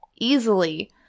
easily